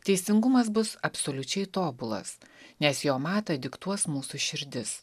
teisingumas bus absoliučiai tobulas nes jo matą diktuos mūsų širdis